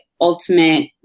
ultimate